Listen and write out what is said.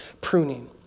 pruning